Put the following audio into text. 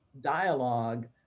dialogue